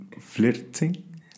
flirting